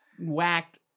whacked